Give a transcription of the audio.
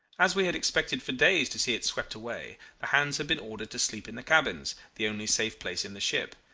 as we had expected for days to see it swept away, the hands had been ordered to sleep in the cabin the only safe place in the ship.